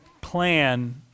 plan